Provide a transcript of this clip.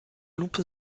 lupe